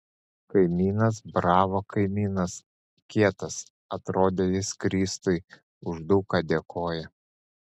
kaimynas bravo kaimynas kietas atrodė jis krisiui už daug ką dėkoja